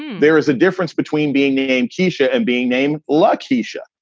there is a difference between being named sheesha and being named lucky shot.